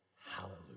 Hallelujah